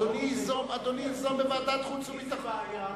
זאת בעיה,